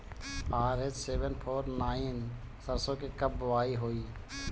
RH seven four nine सरसो के कब बुआई होई?